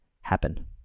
happen